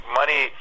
money